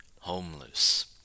homeless